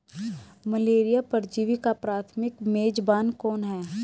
Malaria परजीवी का प्राथमिक मेजबान कौन है?